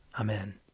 Amen